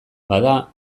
bada